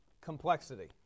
complexity